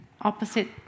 opposite